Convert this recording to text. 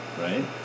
right